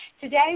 today